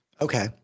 Okay